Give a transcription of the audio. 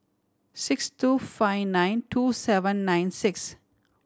six two five nine two seven nine six